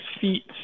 feet